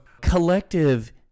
collective